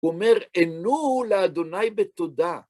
הוא אומר ענו לה' בתודה.